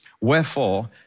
Wherefore